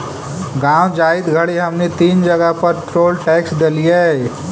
गाँव जाइत घड़ी हमनी तीन जगह पर टोल टैक्स देलिअई